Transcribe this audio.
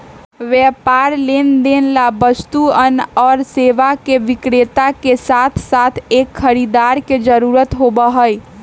व्यापार लेनदेन ला वस्तुअन और सेवा के विक्रेता के साथसाथ एक खरीदार के जरूरत होबा हई